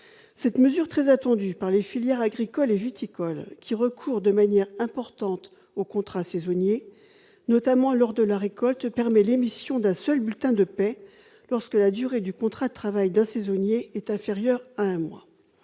cette mesure très attendue par les filières agricoles et juste quoi qui recourent de manière importante au contrat saisonnier, notamment lors de la récolte permet l'émission d'un seul bulletin de paie lorsque la durée du contrat de travail d'un saisonnier est inférieure à un mois